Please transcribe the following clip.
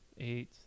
eight